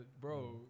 bro